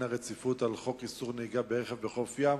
הרציפות על חוק איסור נהיגה ברכב בחוף ים,